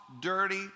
dirty